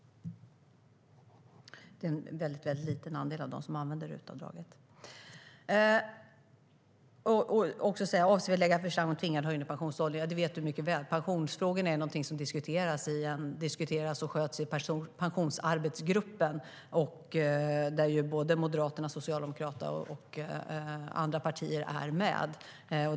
Det är nämligen en mycket liten andel som använder RUT-avdraget upp till taket. Jag fick också frågan om vi avser att lägga fram förslag om en tvingande höjning av pensionsåldern. Jan Ericson vet mycket väl att pensionsfrågor är sådant som diskuteras och sköts i Pensionsarbetsgruppen där Moderaterna, Socialdemokraterna och andra partier är med.